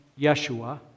Yeshua